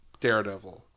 Daredevil